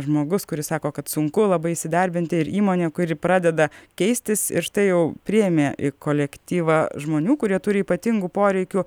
žmogus kuris sako kad sunku labai įsidarbinti ir įmonė kuri pradeda keistis ir štai jau priėmė į kolektyvą žmonių kurie turi ypatingų poreikių